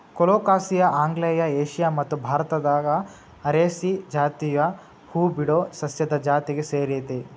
colocasia ಆಗ್ನೇಯ Asia ಮತ್ತು ಭಾರತದಾಗ ಅರೇಸಿ ಜಾತಿಯ ಹೂಬಿಡೊ ಸಸ್ಯದ ಜಾತಿಗೆ ಸೇರೇತಿ